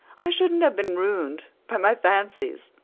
i shouldn't have been ruined by my fancies.